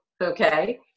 Okay